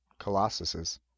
Colossuses